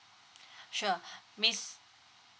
sure miss